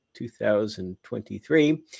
2023